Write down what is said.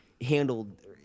handled